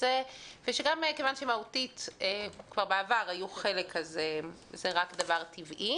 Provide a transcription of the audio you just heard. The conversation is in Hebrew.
זה וכיוון שמהותית כבר בעבר היו חלק אז זה רק דבר טבעי.